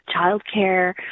childcare